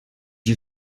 you